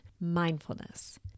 mindfulness